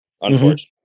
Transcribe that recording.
Unfortunately